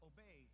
Obey